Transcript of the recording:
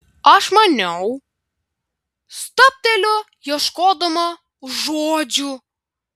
aš maniau stabteliu ieškodama žodžių